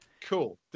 Cool